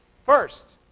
first,